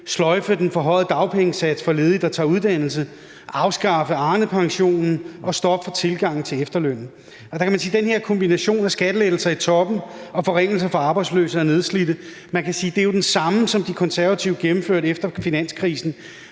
sløjfe den forhøjede dagpengesats for ledige, der tager uddannelse, afskaffe Arnepensionen og stoppe for tilgangen til efterlønnen. Man kan sige, at den her kombination af skattelettelser i toppen og forringelser for arbejdsløse og nedslidte jo er den samme, som De Konservative gennemførte efter finanskrisen.